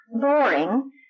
boring